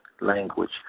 language